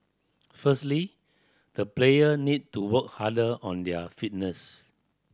firstly the player need to work harder on their fitness